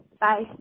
Bye